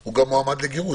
הוא גם מועמד לגירוש.